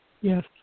Yes